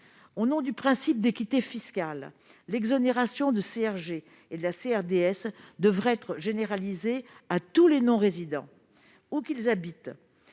Au nom du principe d'équité fiscale, l'exonération de CSG et de CRDS devrait être généralisée à tous les non-résidents, où qu'ils habitent.